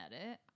edit